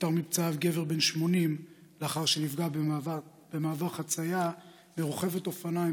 נפטר מפצעיו גבר בן 80 לאחר שנפגע במעבר חצייה מרוכבת אופניים,